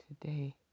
today